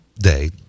Day